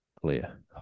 Clear